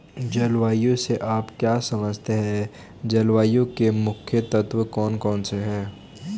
जलवायु से आप क्या समझते हैं जलवायु के मुख्य तत्व कौन कौन से हैं?